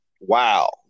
wow